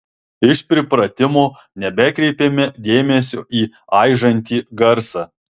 iš pripratimo nebekreipėme dėmesio į aižantį garsą